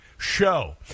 Show